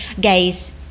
Guys